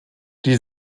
die